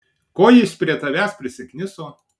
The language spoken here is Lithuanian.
ko jis prie tavęs prisikniso